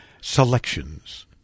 selections